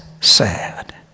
sad